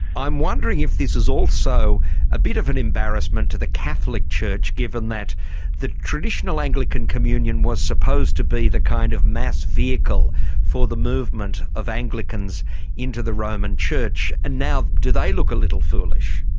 i'm wondering if this is also a bit of an embarrassment to the catholic church given that the traditional anglican communion was supposed to be the kind of mass vehicle for the movement of anglicans into the roman church, and now do they look a little foolish?